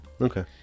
Okay